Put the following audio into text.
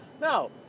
No